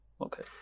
okay